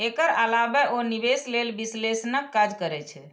एकर अलावे ओ निवेश लेल विश्लेषणक काज करै छै